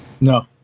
no